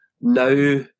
now